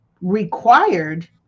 required